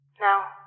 Now